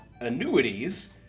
annuities